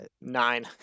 Nine